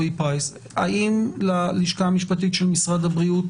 האם ללשכה המשפטית של משרד הבריאות